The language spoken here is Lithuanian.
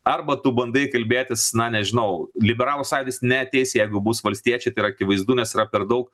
arba tu bandai kalbėtis na nežinau liberalų sąjūdis neateis jeigu bus valstiečiai tai yra akivaizdu nes yra per daug